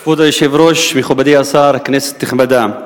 כבוד היושב-ראש, מכובדי השר, כנסת נכבדה,